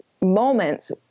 moments